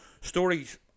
stories